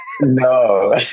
No